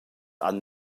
han